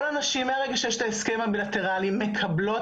כל הנשים מהרגע שיש את ההסכם הבילטרלי מקבלות